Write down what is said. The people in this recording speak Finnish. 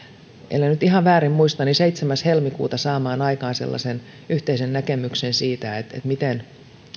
ellen nyt ihan väärin muista seitsemäs helmikuuta saamaan aikaan sellaisen yhteisen näkemyksen siitä miten